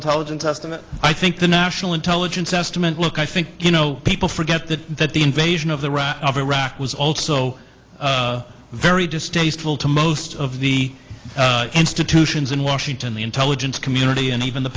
intelligence estimate i think the national intelligence estimate look i think you know people forget that that the invasion of the rock of iraq was also very distasteful to most of the institutions in washington the intelligence community and even the